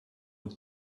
with